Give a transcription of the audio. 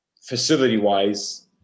facility-wise